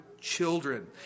children